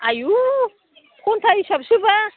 आयु घन्टा हिसाबसोबा